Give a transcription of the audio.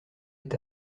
est